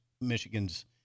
Michigan's